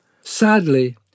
Sadly